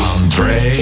Andre